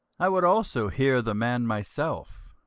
i would also hear the man myself.